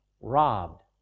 robbed